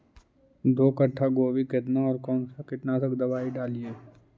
दो कट्ठा गोभी केतना और कौन सा कीटनाशक दवाई डालिए?